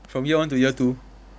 from year one to year two